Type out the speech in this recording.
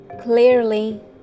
clearly